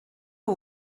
who